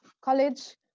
college